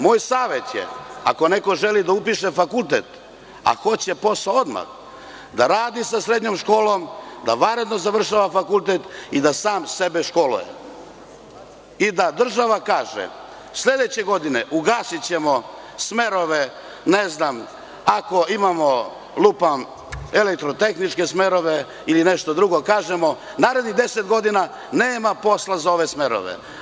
Moj savet je, ako neko želi da upiše fakultet, a hoće posao odmah, da radi sa srednjom školom, da vanredno završava fakultet i da sam sebe školuje i da država kaže – sledeće godine ugasićemo smerove, ako imamo elektrotehničke smerove ili nešto drugo, kažemo – narednih deset godina nema posla za ove smerove.